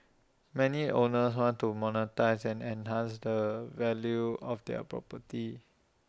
many owners want to monetise and enhance the value of their property